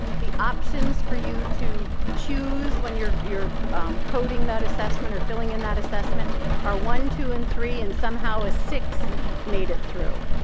the options for you to choose when you're you're coding that assessment or filling in that assessment are one, two, and three, and somehow a six made it through.